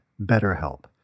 BetterHelp